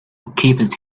keep